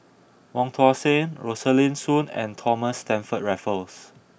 Wong Tuang Seng Rosaline Soon and Thomas Stamford Raffles